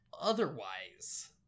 Otherwise